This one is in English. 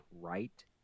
right